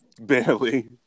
Barely